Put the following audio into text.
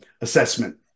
assessment